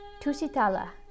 Tusitala